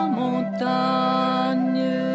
montagne